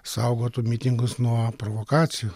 saugotų mitingus nuo provokacijų